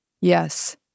Yes